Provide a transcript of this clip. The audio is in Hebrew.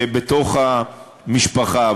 בתוך המשפחה.